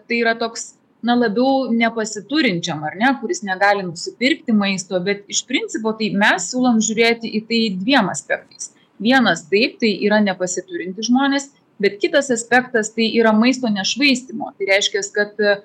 tai yra toks na labiau nepasiturinčiam ar ne kuris negali nusipirkti maisto bet iš principo tai mes siūlom žiūrėti į tai dviem aspektais vienas taip tai yra nepasiturintys žmonės bet kitas aspektas tai yra maisto nešvaistymo tai reiškias kad